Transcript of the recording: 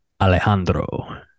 alejandro